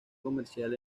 comercial